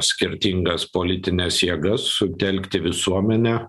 skirtingas politines jėgas sutelkti visuomenę